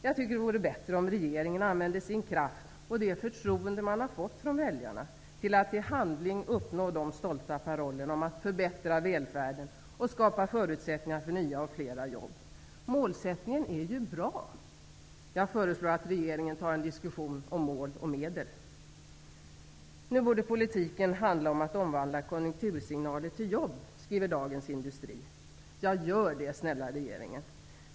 Jag tycker att det vore bättre om regeringen använde sin kraft och det förtroende man har fått från väljarna till att i handling uppnå de stolta parollerna om att förbättra välfärden och skapa förutsättningar för nya och flera jobb. Målsättningen är ju bra. Jag föreslår att regeringen tar en diskussion om mål och medel. Nu borde politiken handla om att omvandla konjunktursignaler till jobb, skriver Dagens Industri. Ja, gör det snälla regeringen!